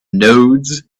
nodes